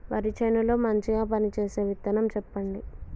వరి చేను లో మంచిగా పనిచేసే విత్తనం చెప్పండి?